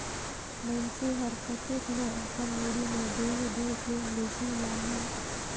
मइनसे हर कतेक ल अपन मुड़ी में डोएह डोएह के लेजही लानही